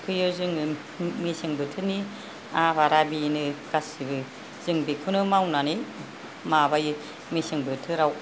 थिखोयो जोङो मेसें बोथोरनि आबादआ बेनो गासिबो जों बेखौनो मावनानै माबायो मेसें बोथोराव